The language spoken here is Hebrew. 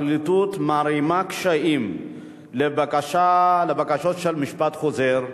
מערימה קשיים על בקשות למשפט חוזר.